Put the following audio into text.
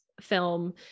film